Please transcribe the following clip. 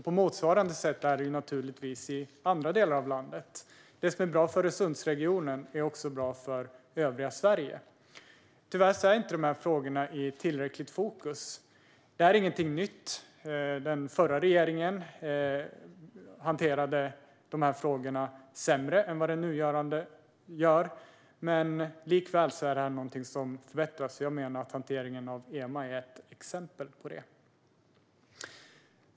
På motsvarande sätt är det naturligtvis i andra delar av landet. Det som är bra för Öresundsregionen är också bra för övriga Sverige. Tyvärr är dessa frågor inte tillräckligt i fokus. Detta är inget nytt. Den förra regeringen hanterade dessa frågor sämre än den nuvarande regeringen gör, men likväl är det något som bör förbättras. Jag menar att hanteringen av EMA är ett sådant exempel.